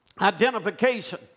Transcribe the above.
identification